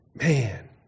Man